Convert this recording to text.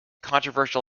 controversial